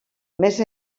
més